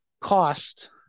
cost